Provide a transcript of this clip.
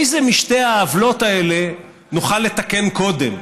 איזו משתי העוולות האלה נוכל לתקן קודם,